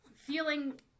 feeling